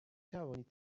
توانید